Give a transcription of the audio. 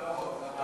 למעברות,